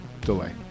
Delay